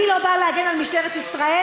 אני לא באה להגן על משטרת ישראל,